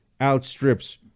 outstrips